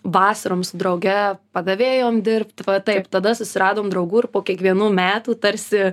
vasarom su drauge padavėjom dirbti va taip tada susiradom draugų ir po kiekvienų metų tarsi